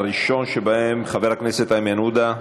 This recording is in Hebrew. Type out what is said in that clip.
הראשון שבהם, חבר הכנסת איימן עודה.